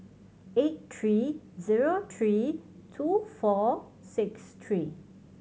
eight three zero three two four six three